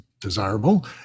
desirable